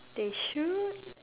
they should